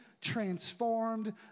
transformed